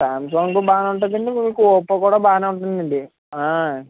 Samsung బాగానే ఉంటాదండి Oppo కూడా బాగానే ఉంటుందండి